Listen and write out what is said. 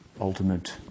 ultimate